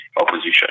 opposition